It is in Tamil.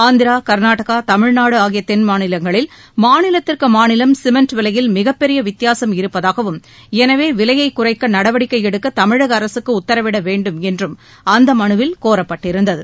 ஆந்திரா கர்நாடகா தமிழ்நாடு ஆகிய தென்மாநிலங்களில் மாநிலத்திற்கு மாநிலம் சிமெண்ட் விலையில் மிகப் பெரிய வித்தியாசம் இருப்பதாகவும் எனவே விலையைக் குறைக்க நடவடிக்கை எடுக்க தமிழக அரசுக்கு உத்தரவிட வேண்டும் என்றும் அந்த மனுவில் கோரப்பட்டிருந்தது